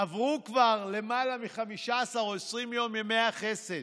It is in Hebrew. עברו כבר למעלה מ-15 או 20 ימי החסד.